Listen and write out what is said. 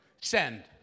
Send